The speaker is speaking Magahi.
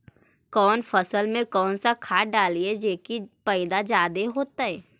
कौन फसल मे कौन सा खाध डलियय जे की पैदा जादे होतय?